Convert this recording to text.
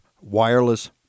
wireless